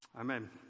amen